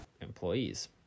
employees